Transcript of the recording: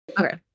Okay